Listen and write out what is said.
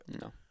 No